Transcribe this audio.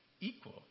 equal